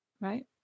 right